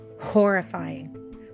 horrifying